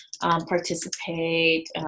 participate